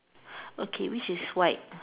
okay which is white